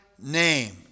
name